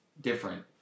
different